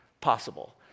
possible